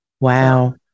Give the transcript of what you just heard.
wow